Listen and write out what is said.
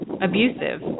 abusive